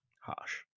Harsh